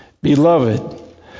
Beloved